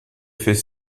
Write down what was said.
fait